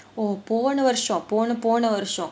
போன வருஷம் போன போன வருஷம்:pona varusham pona pona varusham